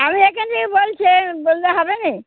আমি এখানে থেকে বলছি বললে হবে না